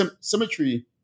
symmetry